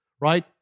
right